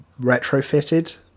retrofitted